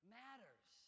matters